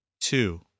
Two